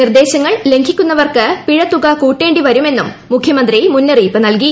നിർദേശങ്ങൾ ലംഘിക്കുന്നവർക്ക് പിഴ കൂട്ടേണ്ടി വരുമെന്നും മുഖ്യമന്ത്രി മുന്നറിയിപ്പ് നൽകി